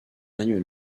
manuel